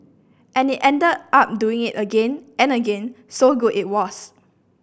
and ended up doing it again and again so good it was